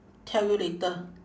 tell you later